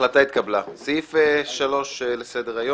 הצבעה בעד ההתפלגות 5 נגד, 1 נמנעים,